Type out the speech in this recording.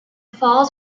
falls